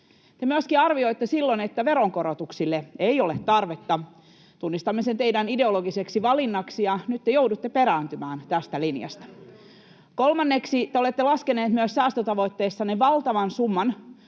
Te myöskin arvioitte silloin, että veronkorotuksille ei ole tarvetta. Tunnistamme sen teidän ideologiseksi valinnaksenne, ja nyt te joudutte perääntymään tästä linjasta. [Jani Mäkelä: Tekö haluatte korottaa veroja?] Kolmanneksi te olette laskeneet säästötavoitteissanne valtavan summan